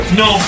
no